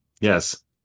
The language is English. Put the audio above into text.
yes